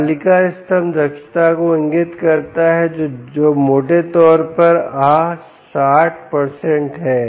तालिका स्तंभ दक्षता को इंगित करता है जो मोटे तौर पर आह 60 है